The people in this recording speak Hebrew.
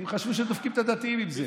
כי הם חשבו שהם דופקים את הדתיים עם זה.